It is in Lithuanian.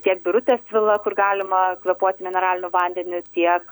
tiek birutės vila kur galima kvėpuoti mineraliniu vandeniu tiek